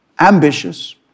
ambitious